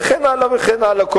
וכן הלאה וכן הלאה,